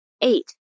Eight